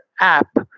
app